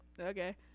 okay